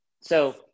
So-